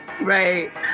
Right